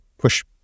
push